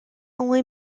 only